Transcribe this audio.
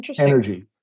energy